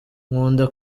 nkunda